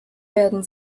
werden